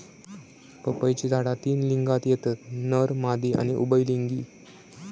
पपईची झाडा तीन लिंगात येतत नर, मादी आणि उभयलिंगी